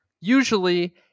Usually